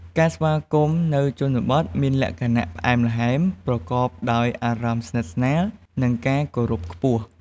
ការស្វាគមន៍នៅជនបទមានលក្ខណៈផ្អែមល្ហែម ប្រកបដោយអារម្មណ៍ស្និទ្ធស្នាល និងការគោរពខ្ពស់។